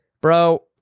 bro